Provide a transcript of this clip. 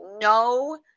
No